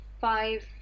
five